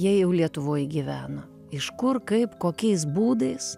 jie jie jau lietuvoj gyvena iš kur kaip kokiais būdais